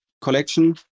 collection